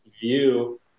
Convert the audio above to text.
view